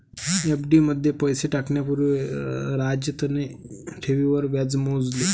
FD मध्ये पैसे टाकण्या पूर्वी राजतने ठेवींवर व्याज मोजले